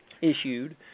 issued